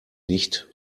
nicht